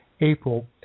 April